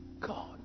God